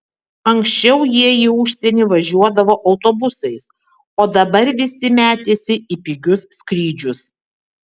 anksčiau jie į užsienį važiuodavo autobusais o dabar visi metėsi į pigius skrydžius